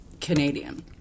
Canadian